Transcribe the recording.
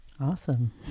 Awesome